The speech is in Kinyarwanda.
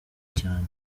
cyane